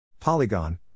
Polygon